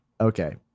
Okay